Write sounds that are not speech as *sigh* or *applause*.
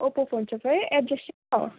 Oppo phone सप है address चाहिँ *unintelligible* हो